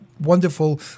wonderful